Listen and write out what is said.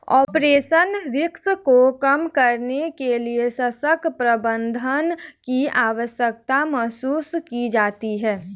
operational risk को कम करने के लिए सशक्त प्रबंधन की आवश्यकता महसूस की जाती है